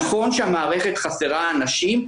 נכון שהמערכת חסרה אנשים,